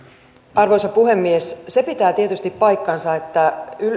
arvoisa puhemies se pitää tietysti paikkansa että